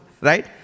Right